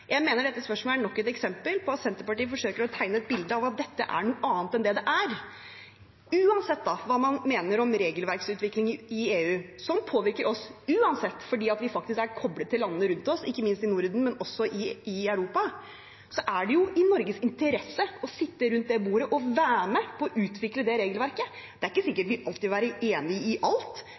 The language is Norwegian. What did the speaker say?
Jeg mener dette spørsmålet er nok et eksempel på at Senterpartiet forsøker å tegne et bilde av at dette er noe annet enn det det er. Uansett hva man mener om regelverksutvikling i EU, som påvirker oss uansett, fordi vi er koblet til landene rundt oss, ikke minst i Norden, men også i Europa, er det i Norges interesse å sitte rundt det bordet og være med på å utvikle det regelverket. Det er ikke sikkert vi alltid vil være enig i alt,